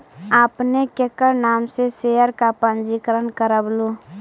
आपने केकर नाम से शेयर का पंजीकरण करवलू